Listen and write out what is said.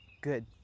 good